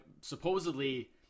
supposedly